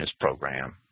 program